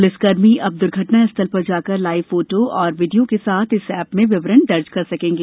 प्लिसकर्मी अब द्र्घटना स्थल पर जाकर लाइव फोटो तथा वीडियो के साथ इस एप में विवरण दर्ज करेंगे